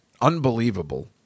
unbelievable